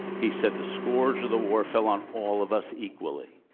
he said, the scourge of the war fell on all of us equally.